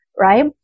Right